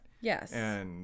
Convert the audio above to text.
yes